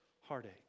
heartache